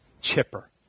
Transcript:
chipper